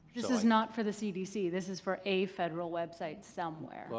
this is not for the cdc. this is for a federal website somewhere. well,